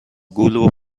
گول